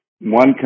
One